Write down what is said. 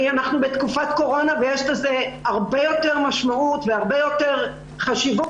אנחנו בתקופת קורונה ויש לזה הרבה יותר משמעות והרבה יותר חשיבות.